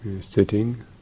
Sitting